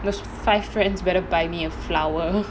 those five friends better buy me a flower